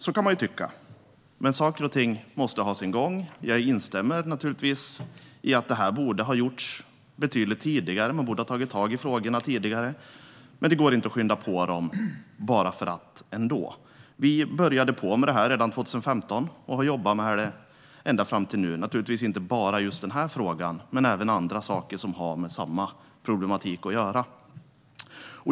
Så kan man tycka, men saker och ting måste ha sin gång. Jag instämmer i att detta borde ha gjorts betydligt tidigare. Man borde ha tagit tag i frågorna tidigare, men det går inte att skynda på dem bara för sakens skull. Vi påbörjade detta redan 2015 och har jobbat med det ända fram till nu. Det gäller naturligtvis inte bara denna fråga utan även andra saker som har med samma problematik att göra.